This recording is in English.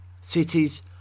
Cities